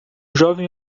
jovem